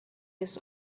his